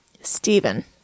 Stephen